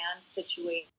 situation